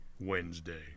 Wednesday